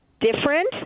different